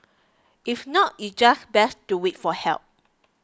if not it's just best to wait for help